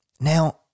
Now